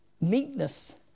meekness